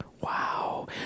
Wow